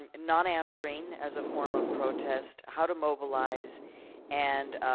um non-answering as a form of protest, how to mobilize and